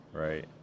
Right